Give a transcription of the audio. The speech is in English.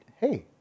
Hey